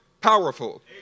powerful